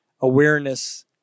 awareness